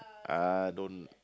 I don't